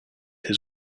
his